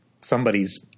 somebody's